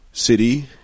City